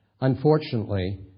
Unfortunately